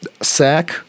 sack